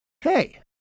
Hey